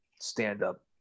stand-up